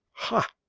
ha!